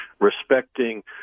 respecting